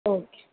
okay